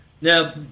now